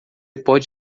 pode